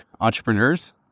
entrepreneurs